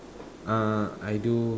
uh I do